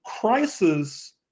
crisis